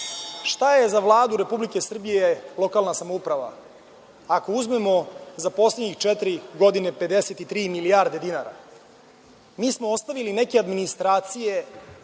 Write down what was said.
šta je za Vladu Republike Srbije lokalna samouprava, ako uzmemo za poslednjih četiri godine 53 milijarde dinara? Mi smo ostavili neke administracije,